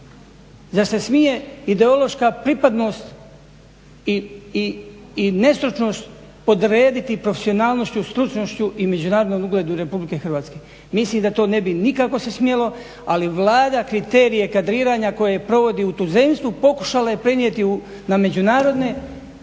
Zar se smije ideološka pripadnost i nestručnost podrediti profesionalnošću, stručnošću i međunarodnom ugledu RH? mislim da se to ne bi nikako smjelo, ali Vlada kriterije kadriranja koje provodi u tuzemstvu pokušala je prenijeti na međunarodne